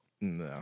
no